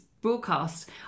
broadcast